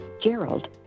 Gerald